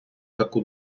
таку